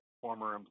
former